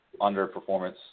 underperformance